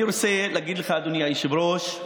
אני רוצה להגיד לך, אדוני היושב-ראש,